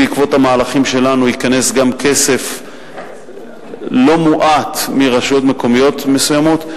בעקבות המהלכים שלנו ייכנס גם כסף לא מועט מרשויות מקומיות מסוימות.